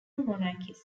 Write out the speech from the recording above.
monarchist